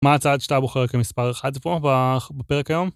מה הצעד שאתה בוחר כמספר 1 פה ב... בפרק היום?